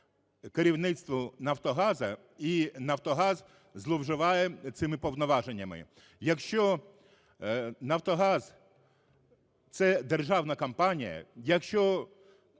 Керівництво "Нафтогазу" і "Нафтогаз" зловживають цими повноваженнями. Якщо "Нафтогаз" – це державна компанія, якщо